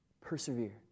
persevere